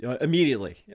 immediately